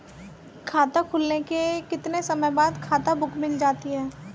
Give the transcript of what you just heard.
खाता खुलने के कितने समय बाद खाता बुक मिल जाती है?